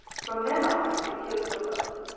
from then on the kids were hooked.